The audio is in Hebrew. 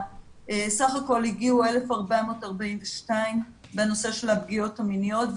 סך הכול הגיעו 1,442 בנושא של הפגיעות המיניות,